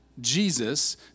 Jesus